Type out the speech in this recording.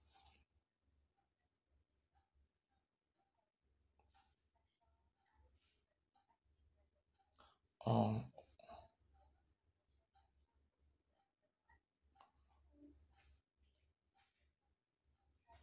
oh